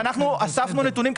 ואנחנו אספנו נתונים,